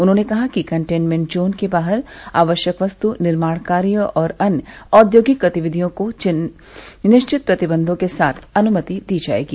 उन्होंने कहा कि कंटेनमेंट जोन के बाहर आवश्यक वस्तू निर्माण कार्य और अन्य औद्योगिक गतिविधियों को निश्चित प्रतिबंधों के साथ अन्मति दी जाएगी